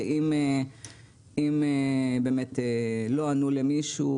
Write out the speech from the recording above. ואם באמת לא ענו למישהו,